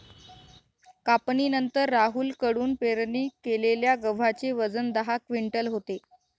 कापणीनंतर राहुल कडून पेरणी केलेल्या गव्हाचे वजन दहा क्विंटल होते